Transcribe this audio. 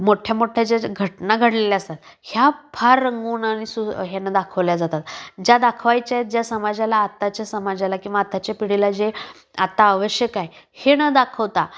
मोठ्या मोठ्या ज्या घटना घडलेल्या असतात ह्या फार रंगून आणि सु ह्यानं दाखवल्या जातात ज्या दाखवायच्या ज्या समाजाला आत्ताच्या समाजाला किंवा आत्ताच्या पिढीला जे आत्ता आवश्यक आहे हे नं दाखवता